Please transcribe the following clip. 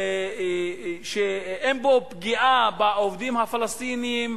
אין בו פגיעה בעובדים הפלסטינים,